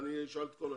אני אשאל את כל השאלות.